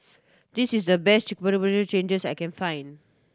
this is the best changes I can find